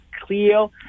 clear